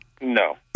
No